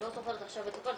אני לא זוכרת עכשיו את הכול,